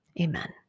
Amen